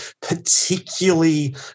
particularly